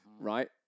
right